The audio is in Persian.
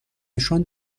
نشان